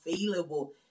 available